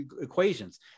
equations